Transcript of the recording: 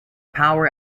power